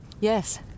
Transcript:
Yes